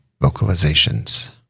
vocalizations